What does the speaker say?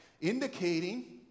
indicating